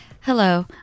Hello